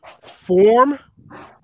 form